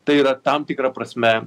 tai yra tam tikra prasme